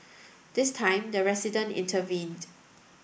this time the resident intervened